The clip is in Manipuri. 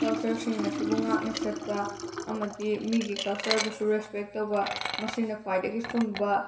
ꯀꯜꯆꯔꯁꯤꯡ ꯑꯁꯤꯕꯨ ꯉꯥꯛꯅ ꯆꯠꯄ ꯑꯃꯗꯤ ꯃꯤꯒꯤ ꯀꯜꯆꯔꯕꯨꯁꯨ ꯔꯦꯁꯄꯦꯛ ꯇꯧꯕ ꯃꯁꯤꯅ ꯈ꯭ꯋꯥꯏꯗꯒꯤ ꯆꯨꯝꯕ